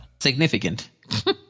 Significant